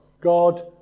God